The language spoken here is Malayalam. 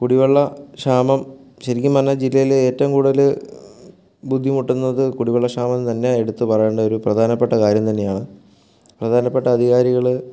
കുടിവെള്ള ക്ഷാമം ശരിക്കും പറഞ്ഞാൽ ജില്ലയിൽ ഏറ്റവും കൂടുതൽ ബുദ്ധിമുട്ടുന്നത് കുടിവെള്ള ക്ഷാമം തന്നെ എടുത്ത് പറയേണ്ട ഒരു പ്രധാനപ്പെട്ട കാര്യം തന്നെയാണ് പ്രധാനപ്പെട്ട അധികാരികൾ